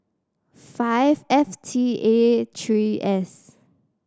five F T A three S